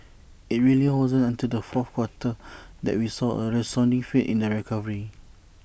IT really wasn't until the fourth quarter that we saw A resounding faith in the recovery